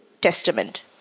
Testament